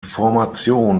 formation